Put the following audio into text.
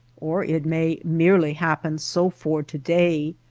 or it may merely happen so for to-day,